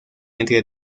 entre